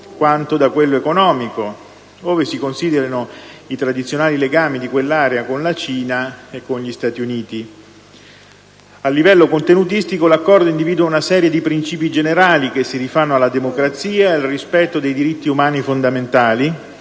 quanto da quello economico, ove si considerino i tradizionali legami di quell'area con la Cina e con gli Stati Uniti. A livello contenutistico, l'Accordo individua una serie di principi generali che si rifanno alla democrazia e al rispetto dei diritti umani fondamentali,